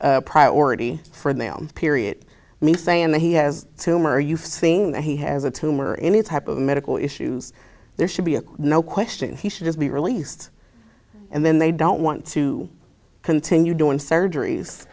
priority for them period me saying that he has tumor you've seen that he has a tumor or any type of medical issues there should be no question he should just be released and then they don't want to continue doing surgeries